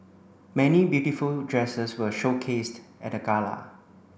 many beautiful dresses were showcased at the gala